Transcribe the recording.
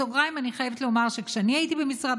בסוגריים אני חייבת לומר שכשאני הייתי במשרד